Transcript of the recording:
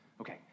Okay